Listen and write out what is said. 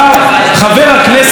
חבר הכנסת לשעבר,